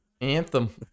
Anthem